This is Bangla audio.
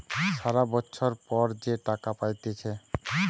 সারা বছর পর যে টাকা পাইতেছে